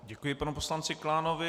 Děkuji panu poslanci Klánovi.